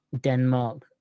denmark